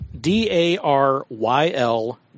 D-A-R-Y-L